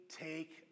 take